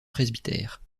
presbytère